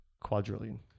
quadrillion